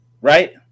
right